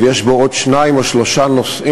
ויש בו עוד שניים או שלושה נוסעים,